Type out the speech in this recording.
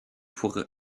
pour